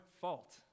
fault